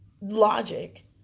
logic